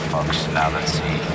Functionality